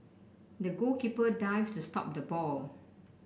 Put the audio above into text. the goalkeeper dived to stop the ball